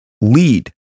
lead